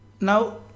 Now